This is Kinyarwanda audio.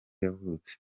yavutse